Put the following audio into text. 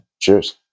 Cheers